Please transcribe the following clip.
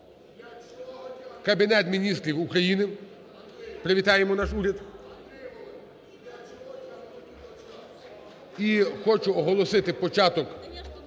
Кабінет Міністрів України. Привітаємо наш уряд. І хочу оголосити початок